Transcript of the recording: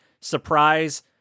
surprise